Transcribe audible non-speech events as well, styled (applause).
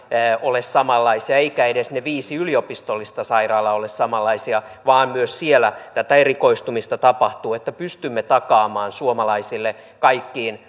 ole samanlaisia eivätkä edes ne viisi yliopistollista sairaalaa ole samanlaisia vaan myös siellä tätä erikoistumista tapahtuu että pystymme takaamaan suomalaisille kaikkiin (unintelligible)